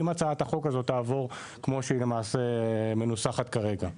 אם הצעת החוק הזאת תעובר כמו שהיא למעשה מנוסחת כרגע.